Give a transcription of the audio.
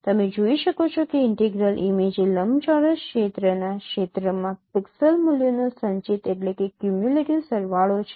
તમે જોઈ શકો છો કે ઇન્ટેગ્રલ ઇમેજ એ લંબચોરસ ક્ષેત્રના ક્ષેત્રમાં પિક્સેલ મૂલ્યોનો સંચિત સરવાળો છે